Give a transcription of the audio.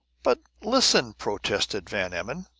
but listen, protested van emmon.